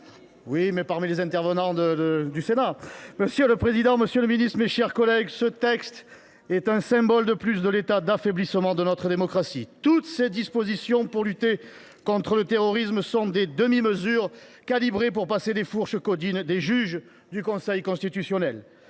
suis le dernier des sénateurs à m’exprimer ! Monsieur le président, monsieur le ministre, mes chers collègues, ce texte est un symbole de plus de l’état d’affaiblissement de notre démocratie. Toutes ses dispositions pour lutter contre le terrorisme sont des demi mesures, calibrées pour passer les fourches caudines des juges du Conseil constitutionnel